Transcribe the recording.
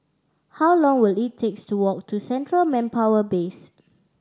how long will it takes to walk to Central Manpower Base